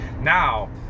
now